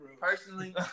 Personally